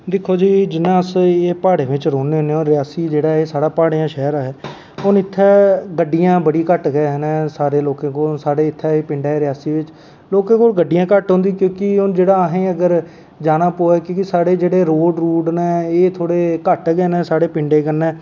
जियां दिक्खो जी अस प्हाड़ें च रौह्ने आं रियासी साढ़ा प्हाड़ें दा शैह्र ऐ हून इत्थें गड्डियां घट्ट गै न साढ़े इत्थें लोकें कोल रियासी पिंडे च लेकें कोल गड्डियां घट्ट होंदियां कि के हून असें जाना पवै जेह्ड़े साढ़े रोड़ रूड़ ना एह् थोह्ड़े घट्ट गै न साढ़े पिंडै कन्नै